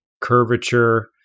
curvature